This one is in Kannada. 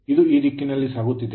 ಮತ್ತು ಇದು ಈ ದಿಕ್ಕಿನಲ್ಲಿ ಸಾಗುತ್ತಿದೆ